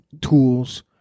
tools